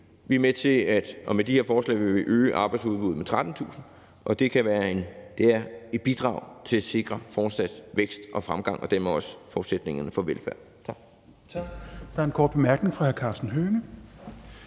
økonomi, og med de her forslag vil vi øge arbejdsudbuddet med 13.000, og det er et bidrag til at sikre fortsat vækst og fremgang og dermed også forudsætningerne for velfærd.